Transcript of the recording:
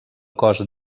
cos